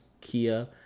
Kia